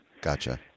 Gotcha